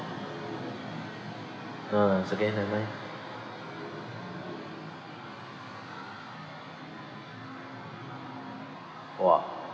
ha it's okay never mind !wah!